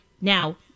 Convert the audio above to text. now